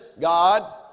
God